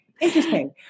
interesting